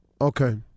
Okay